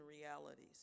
realities